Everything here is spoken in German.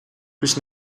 durch